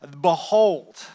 Behold